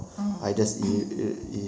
mm